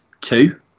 two